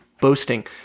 Boasting